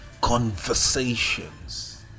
conversations